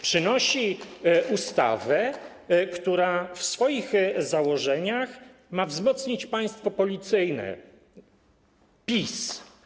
Przynoszą ustawę, która w swoich założeniach ma wzmocnić państwo policyjne PiS.